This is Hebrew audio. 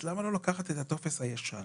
אז למה לא לקחת את הטופס הישן